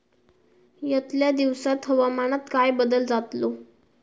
यतल्या दिवसात हवामानात काय बदल जातलो?